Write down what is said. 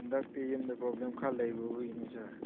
ꯍꯟꯗꯛꯇꯤ ꯌꯨꯝꯗ ꯄ꯭ꯔꯣꯕ꯭ꯂꯦꯝ ꯈꯔ ꯂꯩꯔꯨꯕꯒꯤꯅꯦ ꯁꯥꯔ